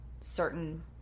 certain